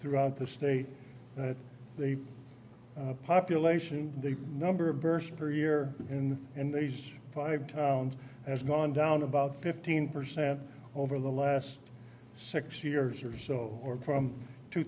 throughout the state and the population the number of burst per year in and these five towns has gone down about fifteen percent over the last six years or so or from two